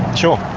sure.